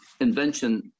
invention